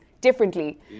differently